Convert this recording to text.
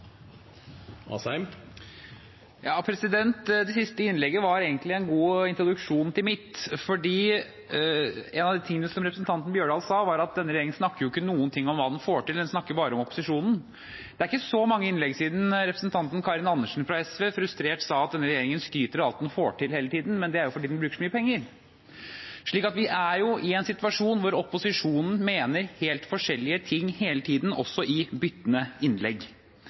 Bjørdal sa, var at denne regjeringen ikke snakker noe om hva den får til, den snakker bare om opposisjonen. Det er ikke så mange innlegg siden representanten Karin Andersen fra SV frustrert sa at denne regjeringen skryter av alt den får til hele tiden, men at det er fordi den bruker så mye penger. Vi er i en situasjon hvor opposisjonen mener helt forskjellige ting hele tiden, også i vekslende innlegg.